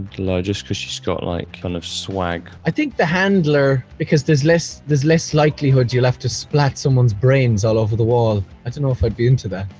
just because she's got like kind of swag. i think the handler, because there's less there's less likelihood you'll have to splat someone's brains all over the wall. i don't know if i'd be into that.